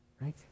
Right